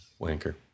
wanker